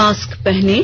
mask पहनें